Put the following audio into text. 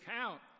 count